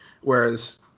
Whereas